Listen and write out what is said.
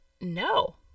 No